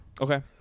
Okay